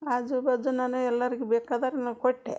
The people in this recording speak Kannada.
ಆಜು ಬಾಜು ನಾನು ಎಲ್ಲರ್ಗೂ ಬೇಕಾದವ್ರ್ಗ್ ನಾ ಕೊಟ್ಟೆ